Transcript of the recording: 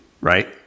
right